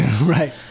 Right